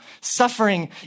suffering